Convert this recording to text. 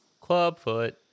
Clubfoot